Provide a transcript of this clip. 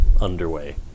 underway